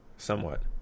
Somewhat